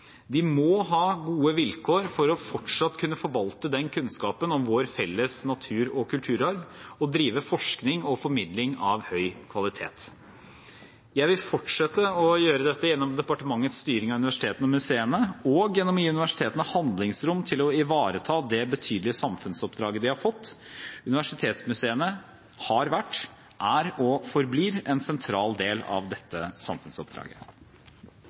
De må ha gode vilkår for fortsatt å kunne forvalte den kunnskapen om vår felles natur- og kulturarv og drive forskning og formidling av høy kvalitet. Jeg vil fortsette å gjøre dette gjennom departementets styring av universitetene og museene og gjennom å gi universitetene handlingsrom til å ivareta det betydelige samfunnsoppdraget de har fått. Universitetsmuseene har vært, er og forblir en sentral del av dette samfunnsoppdraget.